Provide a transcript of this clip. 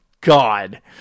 God